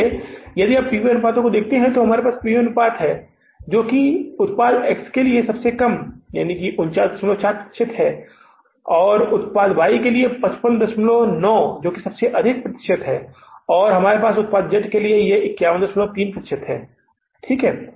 इसलिए यदि आप इन P V अनुपातों को देखते हैं तो हमारे पास P V अनुपात है जो कि उत्पाद X के लिए सबसे कम है जो कि 494 प्रतिशत है हमारे पास P V अनुपात है जो उत्पाद Y 559 प्रति के लिए सबसे अधिक है प्रतिशत और हमारे पास उत्पाद Z के लिए P V अनुपात Z है जो कि 513 प्रतिशत है ठीक है